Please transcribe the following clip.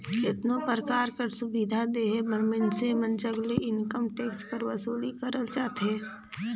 केतनो परकार कर सुबिधा देहे बर मइनसे मन जग ले इनकम टेक्स कर बसूली करल जाथे